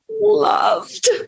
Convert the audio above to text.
loved